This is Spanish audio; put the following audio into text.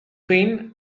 queen